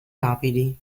rapidi